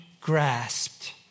grasped